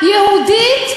מי שולט על החוצפה?